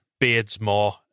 Beardsmore